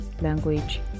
language